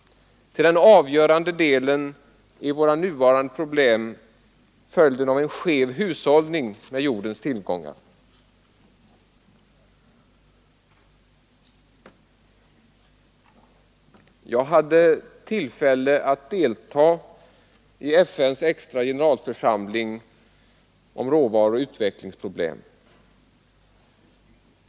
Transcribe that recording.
Till den avgörande delen är våra nuvarande problem följden av en skev hushållning med jordens tillgångar. Jag hade tillfälle att delta i FN:s extra generalförsamling om råvaror och utvecklingsproblem.